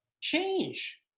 change